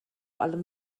allem